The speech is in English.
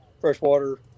Freshwater